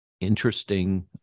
interesting